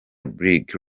bridge